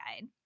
guide